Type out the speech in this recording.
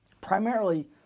primarily